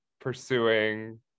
pursuing